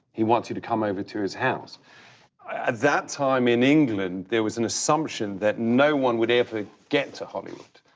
he wants you to come over to his house. at that time in england there was an assumption that no one would ever get to hollywood.